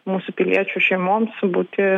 mūsų piliečių šeimoms būti